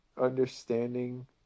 understanding